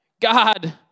God